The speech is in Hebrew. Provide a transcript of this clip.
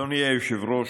אדוני היושב-ראש,